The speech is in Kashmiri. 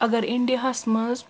اگر انڈیاہس منٛز